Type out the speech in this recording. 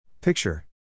Picture